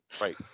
Right